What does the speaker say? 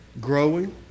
growing